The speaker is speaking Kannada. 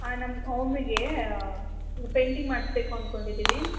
ನಮ್ಮ ಓಮಿಗೆ ಪೇಂಟಿಂಗ್ ಮಾಡಿಸ್ಬೇಕು ಅಂದ್ಕೊಂಡಿದ್ದೀವಿ